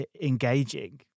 engaging